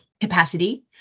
capacity